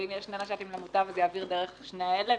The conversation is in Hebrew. ואם יש שני נש"פים למוטב, יעביר דרך שני אלה.